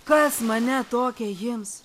kas mane tokią jiems